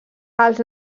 els